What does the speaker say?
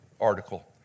article